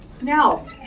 Now